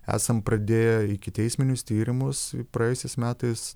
esam pradėję ikiteisminius tyrimus praėjusiais metais